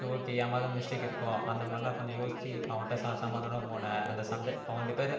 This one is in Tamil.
சரி ஓகே என் மேல் தான் மிஸ்ட்டேக் இருக்கும் அந்த மாதிரிலாம் கொஞ்சம் யோசிச்சு அவன்கிட்ட சமாதானமாக போனேன் அந்த சண்டை அவங்க ரெண்டு பேர்